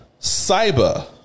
Cyber